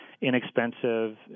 inexpensive